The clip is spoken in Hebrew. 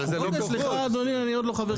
רגע סליחה אדוני, אני עוד לא חבר כנסת.